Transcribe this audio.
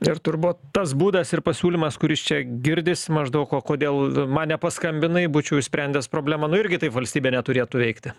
ir turbūt tas būdas ir pasiūlymas kuris čia girdisi maždaug o kodėl man nepaskambinai būčiau išsprendęs problemą nu irgi taip valstybė neturėtų veikti